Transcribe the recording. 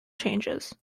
changes